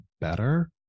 better